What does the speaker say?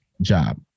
job